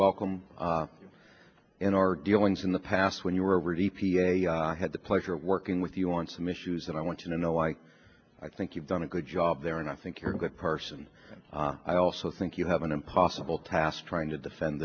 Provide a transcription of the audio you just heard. welcome in our dealings in the past when you were d p a i had the pleasure of working with you on some issues and i want to know why i think you've done a good job there and i think you're a good person and i also think you have an impossible task trying to defend